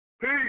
Peace